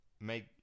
make